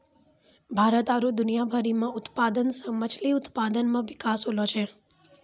भारत आरु दुनिया भरि मे उत्पादन से मछली उत्पादन मे बिकास होलो छै